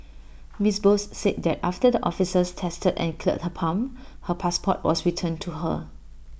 miss Bose said that after the officers tested and cleared her pump her passport was returned to her